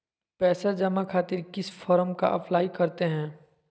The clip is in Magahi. पैसा जमा खातिर किस फॉर्म का अप्लाई करते हैं?